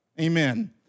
Amen